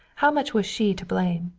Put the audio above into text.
how much was she to blame?